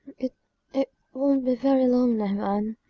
it it won't be very long now, anne.